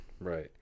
Right